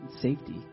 safety